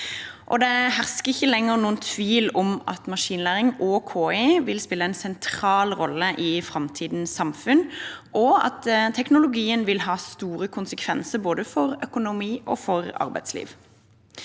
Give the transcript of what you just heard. Det hersker ikke lenger noen tvil om at maskinlæring og KI vil spille en sentral rolle i framtidens samfunn, og at teknologien vil ha store konsekvenser for både økonomi og arbeidsliv.